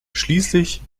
schließlich